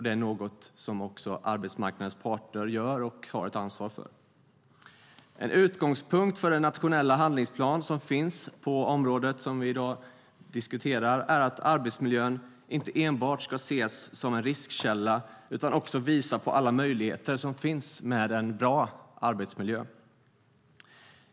Det är något som också arbetsmarknadens parter har ett ansvar för. En utgångspunkt för den nationella handlingsplan som finns på området som vi i dag diskuterar är att arbetsmiljön inte enbart ska ses som en riskkälla utan också visa på alla möjligheter som finns med en bra arbetsmiljö.